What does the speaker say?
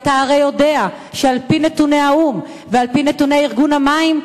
אתה הרי יודע שעל-פי נתוני האו"ם ועל-פי נתוני ארגון המים,